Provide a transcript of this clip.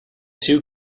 too